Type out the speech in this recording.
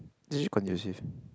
it's really conducive